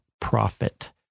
profit